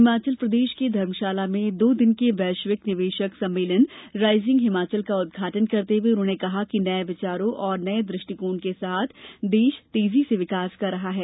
हिमाचल प्रदेश के धर्मशाला में दो दिन के वैश्विक निवेशक सम्मेलन राइजिंग हिमाचल उदघाटन करते हुए उन्होंने कहा कि नये विचारों और नये दृष्टिकोण के साथ देश्य तेजी से विकास कर रहा है